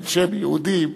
בין שהם יהודים,